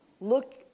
Look